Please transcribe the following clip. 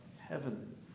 heaven